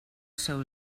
seu